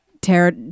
tear